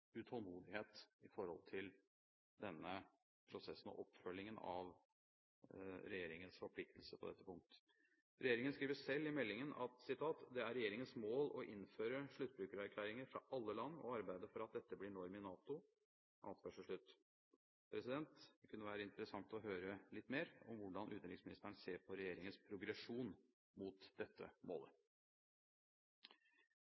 utålmodighet i forhold til denne prosessen og oppfølgingen av regjeringens forpliktelser på dette punkt. Regjeringen skriver selv i meldingen: «Det er regjeringens mål å innføre sluttbrukererklæringer fra alle land, og arbeide for at dette blir norm i NATO.» Det kunne være interessant å høre litt mer om hvordan utenriksministeren ser på regjeringens progresjon mot dette målet.